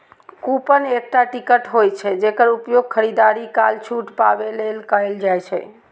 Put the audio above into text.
coupon एकटा ticket होइ छै, जेकर उपयोग खरीदारी काल छूट पाबै लेल कैल जाइ छै